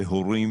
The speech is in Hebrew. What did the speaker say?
שהורים